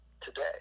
today